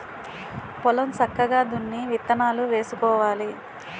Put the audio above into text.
పొలం సక్కగా దున్ని విత్తనాలు వేసుకోవాలి